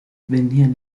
vendían